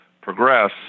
progress